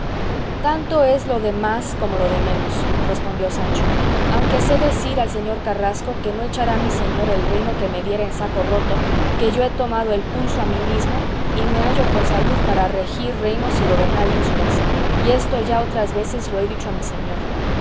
tanto es lo de más como lo de menos respondió sancho aunque sé decir al señor carrasco que no echara mi señor el reino que me diera en saco roto que yo he tomado el pulso a mí mismo y me hallo con salud para regir reinos y gobernar ínsulas y esto ya otras veces lo he dicho a mi señor